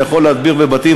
יכול להדביר בבתים,